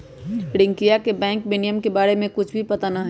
रियंकवा के बैंक विनियमन के बारे में कुछ भी पता ना हई